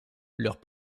leurs